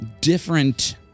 different